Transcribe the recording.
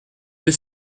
deux